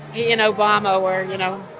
he and obama were, you know,